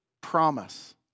promise